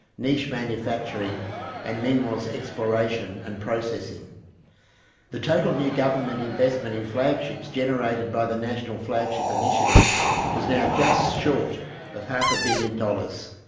niche manufacturing and minerals exploration and processing the total new government investment in flagships generated by the national flagship initiative was now just short of half a billion dollars.